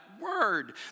word